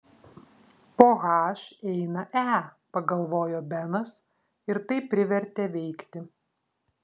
po h eina e pagalvojo benas ir tai privertė veikti